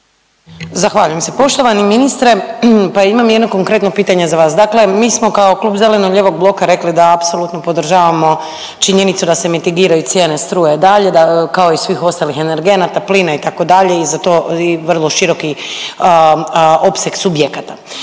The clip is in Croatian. Zahvaljujem se. Poštovani ministre pa imam jedno konkretno pitanje za vas. Dakle, mi smo kao Klub zeleno-lijevog bloka rekli da apsolutno podržavamo činjenicu da se mitigiraju cijene struje dalje da kao i svih ostalih energenata plina itd. i za to i vrlo široki opseg subjekata.